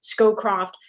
Scowcroft